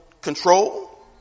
control